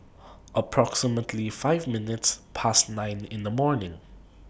approximately five minutes Past nine in The morning